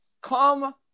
Come